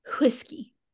Whiskey